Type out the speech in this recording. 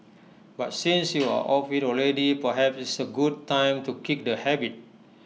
but since you are off IT already perhaps it's A good time to kick the habit